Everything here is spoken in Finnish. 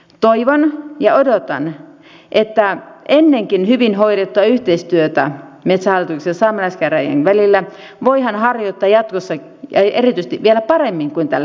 toivon ja odotan että ennenkin hyvin hoidettua yhteistyötä metsähallituksen ja saamelaiskäräjien välillä voidaan harjoittaa jatkossa ja erityisesti vielä paremmin kuin tällä hetkellä